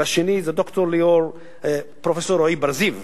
והשני זה פרופסור רועי בר-זיו,